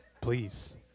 Please